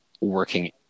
working